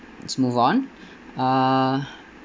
let's move on uh